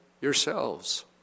yourselves